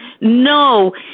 No